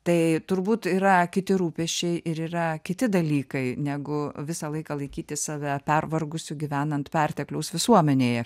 tai turbūt yra kiti rūpesčiai ir yra kiti dalykai negu visą laiką laikyti save pervargusiu gyvenant pertekliaus visuomenėje